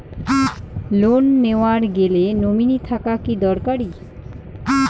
Loan নেওয়ার গেলে nominee থাকা কি দরকারী?